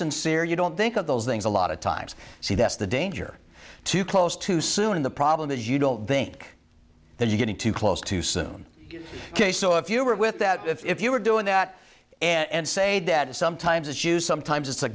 sincere you don't think of those things a lot of times see that's the danger too close too soon the problem is you don't think that you're getting too close too soon ok so if you are with that if you are doing that and say that sometimes it's you sometimes it's a